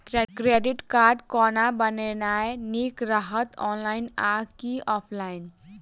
Credit card कोना बनेनाय नीक रहत? ऑनलाइन आ की ऑफलाइन?